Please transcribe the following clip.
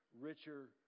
richer